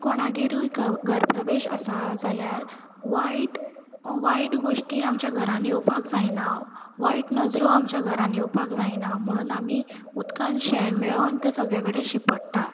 कोणागेरूय घव घर प्रवेश आसा जाल्यार वायट वायट गोश्टी आमच्या घरांत येवपाक जायना वायट नजरो आमच्या घरांत येवपाक जायना म्हणून आमी उदकान शेण मेळोन तें सगळे कडेन शिंपडटात